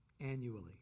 annually